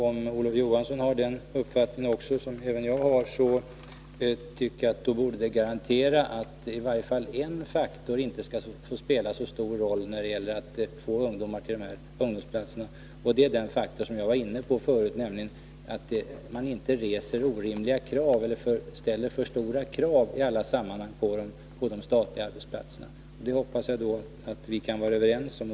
Om Olof Johansson har den uppfattningen, som även jag har, borde det garantera att i varje fall en faktor inte skall få spela så stor roll när det gäller att få ungdomar till ungdomsplatserna, nämligen kraven för antagande, som jag var inne på tidigare. Det är angeläget att man inte ställer orimliga eller alltför stora krav i alla sammanhang på de statliga arbetsplatserna — det hoppas jag att vi kan vara överens om.